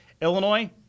Illinois